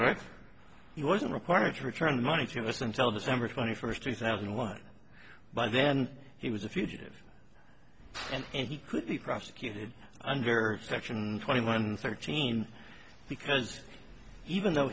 right he wasn't required to return money to us and tell december twenty first two thousand and one by then he was a fugitive and he could be prosecuted under section twenty one thirteen because even though